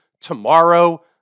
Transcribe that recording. tomorrow